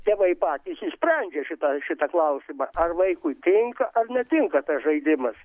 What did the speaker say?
tėvai patys išsprendžia šitą šitą klausimą ar vaikui tinka ar netinka tas žaidimas